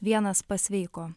vienas pasveiko